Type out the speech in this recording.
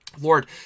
Lord